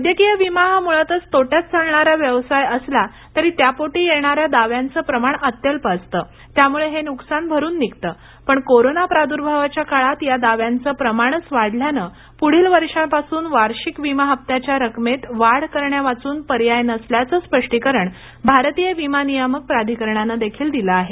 वैद्यकीय विमा हा मुळातच तोट्यात चालणारा व्यवसाय असला तरी त्यापोटी येणाऱ्या दाव्यांचं प्रमाण अत्यल्प असतं त्यामुळं हे नुकसान भरून निघतं पण कोरोना प्रादुर्भावाच्या काळात या दाव्यांचं प्रमाणच वाढल्यानं पुढील वर्षांपासून वार्षिक विमा हप्त्याच्या रकमेत वाढ करण्यावाचून पर्याय नसल्याचं स्पष्टीकरण भारतीय विमा नियामक प्राधिकरणानं देखील दिलं आहे